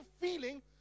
feeling